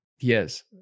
Yes